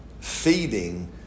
feeding